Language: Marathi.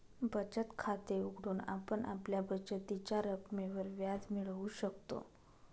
बचत खाते उघडून आपण आपल्या बचतीच्या रकमेवर व्याज मिळवू शकतो